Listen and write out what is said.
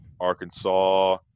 Arkansas